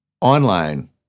online